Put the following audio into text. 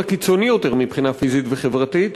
הקיצוני יותר מבחינה פיזית וחברתית,